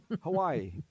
Hawaii